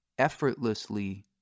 effortlessly